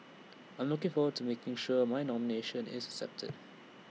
I'm looking forward to making sure my nomination is accepted